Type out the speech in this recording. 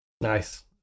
nice